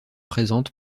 présente